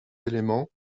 éléments